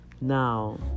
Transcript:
Now